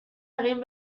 egin